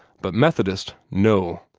but methodist no!